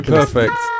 perfect